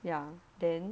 ya then